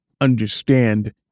understand